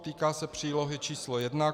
Týká se přílohy číslo 1.